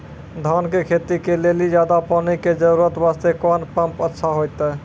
धान के खेती के लेली ज्यादा पानी के जरूरत वास्ते कोंन पम्प अच्छा होइते?